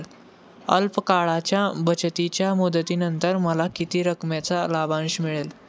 अल्प काळाच्या बचतीच्या मुदतीनंतर मला किती रकमेचा लाभांश मिळेल?